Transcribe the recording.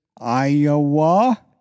Iowa